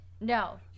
No